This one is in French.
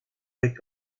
avec